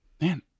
man